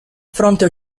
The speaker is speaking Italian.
fronte